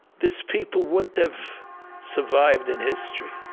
this people wouldn't have survived in history